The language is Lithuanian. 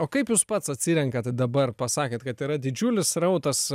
o kaip jūs pats atsirenkat dabar pasakėt kad yra didžiulis srautas